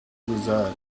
desired